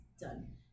done